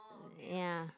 ya